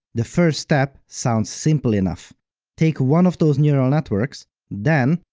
the first step sounds simple enough take one of those neural networks then,